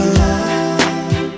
love